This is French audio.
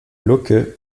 locke